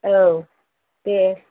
औ देह